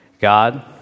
God